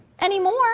anymore